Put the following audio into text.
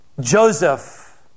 Joseph